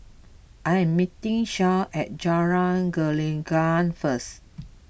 I am meeting Shay at Jalan Gelenggang first